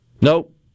Nope